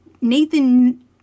Nathan